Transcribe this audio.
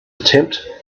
attempt